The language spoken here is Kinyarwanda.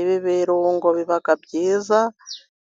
Ibi birungo biba byiza,